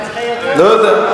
לא יודע.